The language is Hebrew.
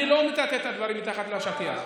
אני לא מטאטא את הדברים מתחת לשטיח.